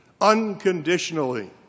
unconditionally